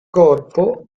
corpo